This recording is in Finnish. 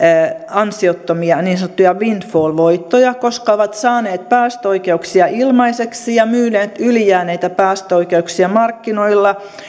ansiottomia niin sanottuja windfall voittoja koska ovat saaneet päästöoikeuksia ilmaiseksi ja myyneet ylijääneitä päästöoikeuksia markkinoilla